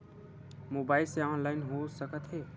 Mobile से online हो सकत हे?